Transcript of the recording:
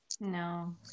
No